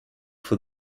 for